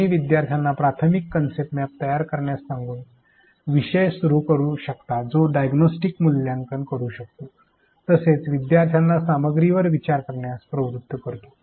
तुम्ही विद्यार्थ्यांना प्राथमिक कन्सेप्ट मॅप तयार करण्यास सांगून विषय सुरू करू शकता जो डियग्नोस्टिक मूल्यांकन करू शकतो तसेच विद्यार्थ्यांना सामग्रीवर विचार करण्यास प्रवृत्त करतो